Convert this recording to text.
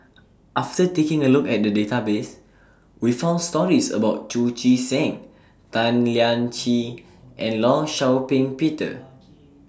after taking A Look At The Database We found stories about Chu Chee Seng Tan Lian Chye and law Shau Ping Peter